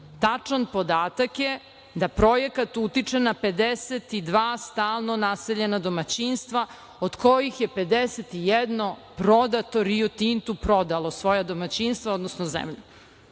Tačan podatak je da projekat utiče na 52 stalno naseljena domaćinstva, od kojih je 51 prodalo „Rio Tintu“ svoja domaćinstva, odnosno zemlju. Ta